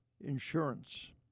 Insurance